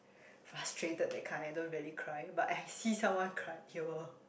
frustrated that kind don't really cry but I see someone cry and will